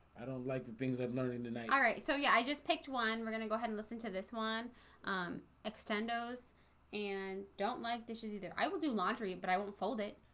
i don't like the things that learning tonight. alright, so yeah, i just picked one we're gonna go ahead and listen to this one, um extend owes and don't like dishes either. i will do laundry, but i won't fold it.